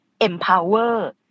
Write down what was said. empower